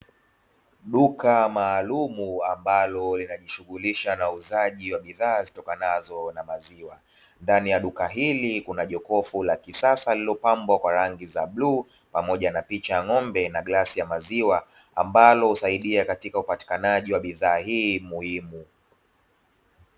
Duka maalum ambalo linajishughulisha na uuzaji wa bidhaa zitokanazo na maziwa. Ndani ya duka hili kuna jokofu la kisasa lililopambwa kwa rangi za bluu pamoja na picha ya ng'ombe, na glasi ya maziwa ambalo husaidia katika upatikanaji wa bidhaa hii muhimu.